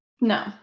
No